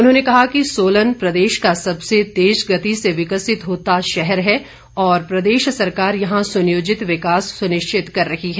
उन्होंने कहा कि सोलन प्रदेश का सबसे तेज गति से विकसित होता शहर है और प्रदेश सरकार यहां सुनियोजित विकास सुनिश्चित कर रही है